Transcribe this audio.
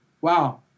wow